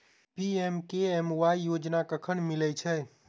PMKMY योजना कखन मिलय छै?